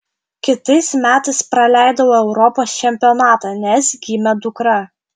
kitais metais praleidau europos čempionatą nes gimė dukra